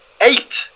eight